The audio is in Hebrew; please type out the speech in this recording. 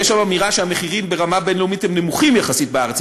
יש שם אמירה שהמחירים ברמה הבין-לאומית הם נמוכים יחסית בארץ,